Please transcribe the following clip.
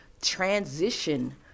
Transition